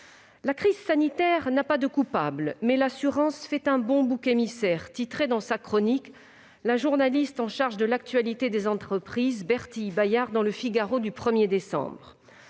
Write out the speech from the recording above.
La crise sanitaire n'a pas de coupable, mais l'assurance fait un bon bouc émissaire », titrait dans sa chronique la journaliste en charge de l'actualité des entreprises, Bertille Bayart, dans du 1 décembre